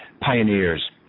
pioneers